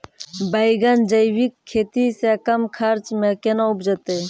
बैंगन जैविक खेती से कम खर्च मे कैना उपजते?